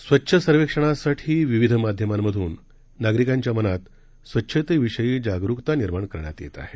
स्वच्छसर्वेक्षणासाठीविविधमाध्यमांतूननागरिकांच्यामनातस्वच्छतेविषयीजागरूकता निर्माणकरण्यातयेतआहे